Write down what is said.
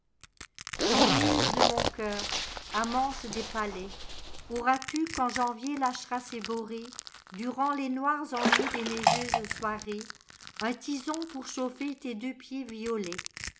muse de mon cœur amante des palais auras-tu quand janvier lâchera ses borées durant les noirs ennuis des neigeuses soirées un tison pour chauffer tes deux pieds violets